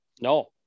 no